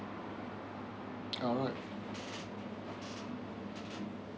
alright